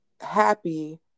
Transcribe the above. happy